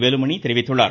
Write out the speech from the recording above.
வேலுமணி தெரிவித்துள்ளார்